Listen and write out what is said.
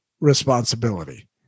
responsibility